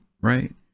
right